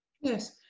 Yes